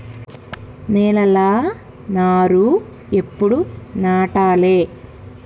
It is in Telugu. నేలలా నారు ఎప్పుడు నాటాలె?